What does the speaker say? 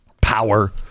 power